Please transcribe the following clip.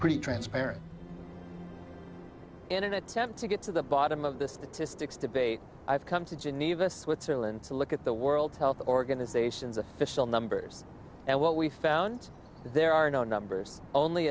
pretty transparent in an attempt to get to the bottom of the statistics debate i've come to geneva switzerland to look at the world health organization's official numbers and what we found there are no numbers only